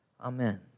Amen